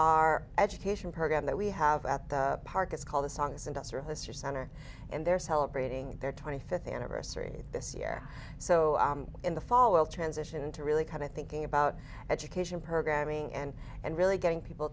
our education program that we have at the park is called the songs into service your center and they're celebrating their twenty fifth anniversary this year so in the fall we'll transition into really kind of thinking about education programming and and really getting people